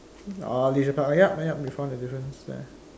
orh leisure park ah yup yup we found a difference there